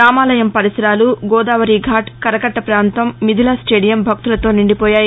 రామాలయం పరిసరాలు గోదావరి ఘాట్ కరకట్ట పాంతం మిథిలా స్టేడియం భక్తులతో నిండిపోయాయి